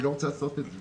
אני לא רוצה לעשות את זה.